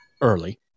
early